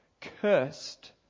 cursed